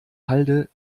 halde